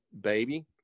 baby